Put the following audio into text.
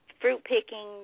fruit-picking